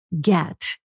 get